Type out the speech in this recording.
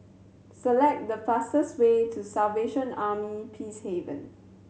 select the fastest way to Salvation Army Peacehaven